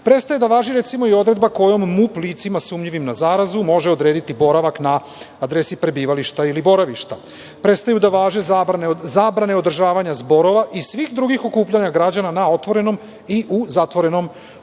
prestaje da važi, recimo, odredba kojom MUP licima sumnjivim na zarazu može odrediti boravak na adresi prebivališta ili boravišta. Prestaju da važe zabrane održavanja zborova i svih drugih okupljanja građana na otvorenom i u zatvorenom